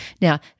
Now